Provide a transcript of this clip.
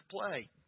play